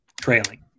trailing